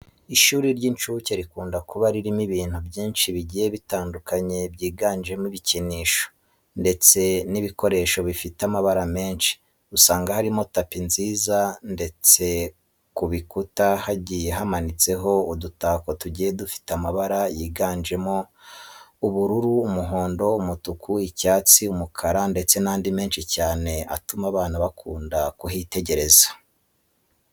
Ishuri ry'inshuke rikunda kuba ririmo ibintu byinshi bigiye bitandukanye byiganjemo ibikinisho, ndetse n'ibikoresho bifite amabara menshi. Usanga harimo tapi nziza ndetse ku bikuta hagiye hamanitseho udutako tugiye dufite amabara yiganjemo ubururu, umuhondo, umutuku, icyatsi, umukara ndetse n'andi menshi cyane atuma abana bakunda kuhitegereza.